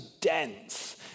dense